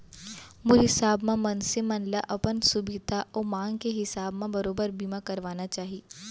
मोर हिसाब म मनसे मन ल अपन सुभीता अउ मांग के हिसाब म बरोबर बीमा करवाना चाही